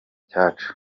cyacu